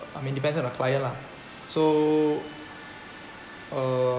I mean depends on the client lah so uh